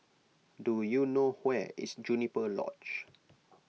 do you know where is Juniper Lodge